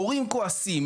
הורים כועסים.